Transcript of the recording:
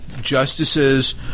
justices